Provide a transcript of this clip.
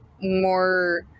more